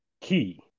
key